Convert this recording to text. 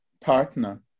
partner